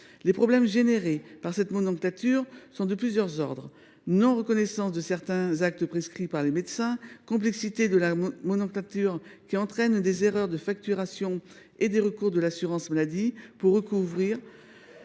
Les problèmes créés par cette nomenclature sont de plusieurs ordres : non reconnaissance de certains actes prescrits par les médecins ; complexité entraînant des erreurs de facturation et des recours de l’assurance maladie pour recouvrir